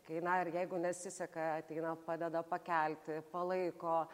kai na ar jeigu nesiseka ateina padeda pakelti palaiko